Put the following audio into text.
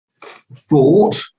thought